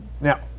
Now